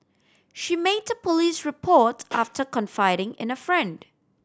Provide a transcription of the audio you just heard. she made a police report after confiding in a friend